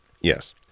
Yes